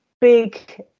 big